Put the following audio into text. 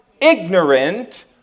ignorant